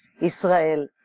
Israel